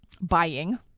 buying